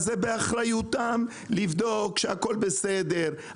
אז זה באחריותם לבדוק שהכול בסדר.